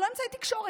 אלה לא אמצעי תקשורת,